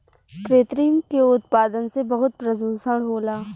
कृत्रिम के उत्पादन से बहुत प्रदुषण होला